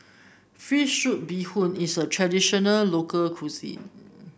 fish soup Bee Hoon is a traditional local cuisine